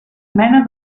mena